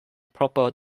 proper